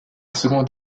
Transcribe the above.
second